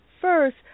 First